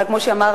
אבל כמו שאמרתי,